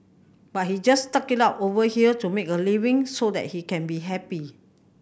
but he just stuck it out over here to make a living so that he can be happy